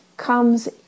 comes